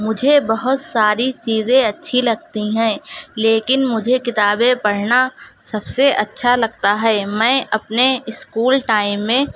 مجھے بہت ساری چیزیں اچھی لگتی ہیں لیکن مجھے کتابیں پڑھنا سب سے اچھا لگتا ہے میں اپنے اسکول ٹائم میں